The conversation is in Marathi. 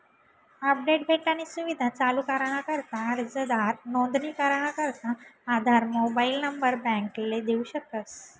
अपडेट भेटानी सुविधा चालू कराना करता अर्जदार नोंदणी कराना करता आधार मोबाईल नंबर बॅकले देऊ शकस